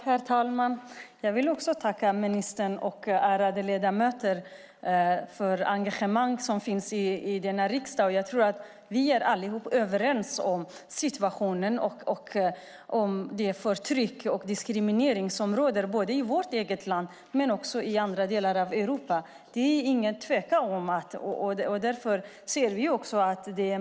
Herr talman! Jag vill också tacka ministern och de ärade ledamöterna för deras engagemang. Vi är nog alla överens om situationen och om det förtryck och den diskriminering som råder i vårt eget land och i andra delar av Europa. Det råder ingen tvekan om detta.